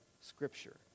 scripture